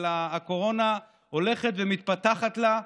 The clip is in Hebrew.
אלא הקורונה הולכת ומתפתחת לה,